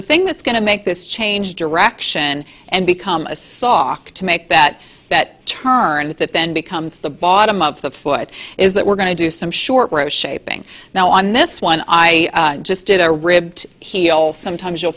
the thing that's going to make this change direction and become soft to make that that turn that that then becomes the bottom of the foot is that we're going to do some short rows shaping now on this one i just did a ribbed heel sometimes you'll